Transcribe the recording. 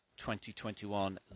2021